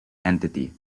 entity